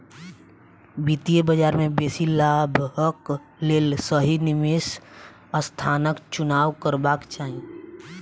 वित्तीय बजार में बेसी लाभक लेल सही निवेश स्थानक चुनाव करबाक चाही